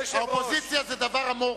האופוזיציה זה דבר אמורפי.